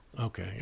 okay